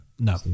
No